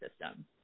system